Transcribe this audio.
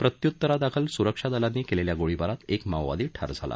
प्रत्युत्तरादाखल सुरक्षा दलांनी केलेल्या गोळीबारात एक माओवादी ठार झाला